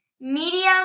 medium